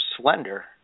slender